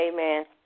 Amen